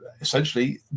essentially